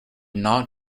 not